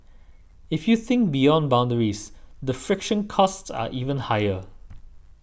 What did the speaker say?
if you think beyond boundaries the friction costs are even higher